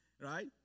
Right